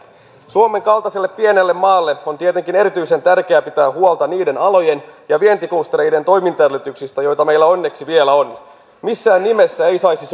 suomen kaltaiselle pienelle maalle on tietenkin erityisen tärkeää pitää huolta niiden alojen ja vientiklustereiden toimintaedellytyksistä joita meillä onneksi vielä on missään nimessä ei saisi